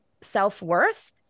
self-worth